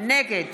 נגד